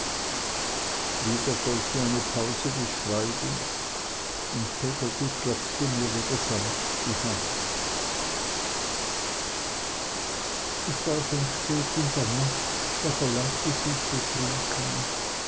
wieder folgte eine pause des schweigens und peggotty klopfte mir wieder sanft die hand es war schon spät in der nacht da verlangte sie zu trinken